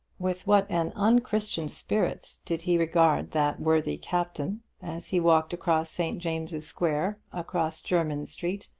with what an unchristian spirit did he regard that worthy captain as he walked across st. james's square, across jermyn street,